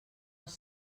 els